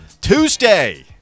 Tuesday